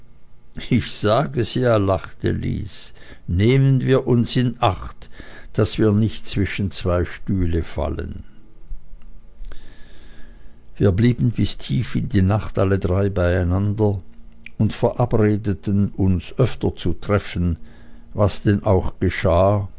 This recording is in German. ich sag es ja lachte lys nehmen wir uns in acht daß wir nicht zwischen zwei stühle fallen wir blieben bis tief in die nacht alle drei beieinander und verabredeten uns öfter zu treffen was dann auch geschah